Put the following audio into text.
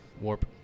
Warp